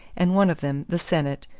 and one of them, the senate,